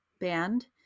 band